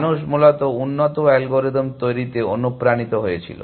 মানুষ মূলত উন্নত অ্যালগরিদম তৈরিতে অনুপ্রাণিত হয়েছিল